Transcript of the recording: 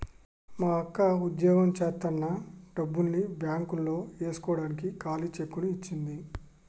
మా అక్క వుద్యోగం జేత్తన్న డబ్బుల్ని బ్యేంకులో యేస్కోడానికి ఖాళీ చెక్కుని ఇచ్చింది